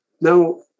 Now